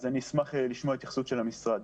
אשמח לשמוע התייחסות של המשרד.